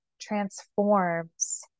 transforms